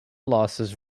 losses